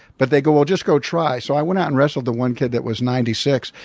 but they go just go try. so i went out and wrestled the one kid that was ninety six.